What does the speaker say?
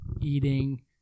eating